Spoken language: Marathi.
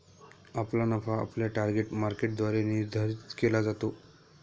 आपला नफा आपल्या टार्गेट मार्केटद्वारे निर्धारित केला जातो